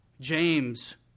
James